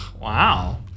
Wow